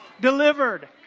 delivered